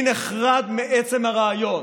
אני נחרד מעצם הרעיון